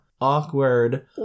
awkward